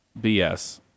BS